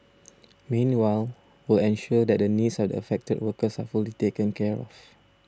meanwhile will ensure that the needs of the affected workers are fully taken care of